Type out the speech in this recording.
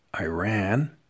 Iran